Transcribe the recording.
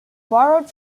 borrowed